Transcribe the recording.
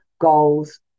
goals